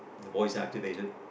voice activated